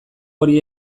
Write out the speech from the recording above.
hori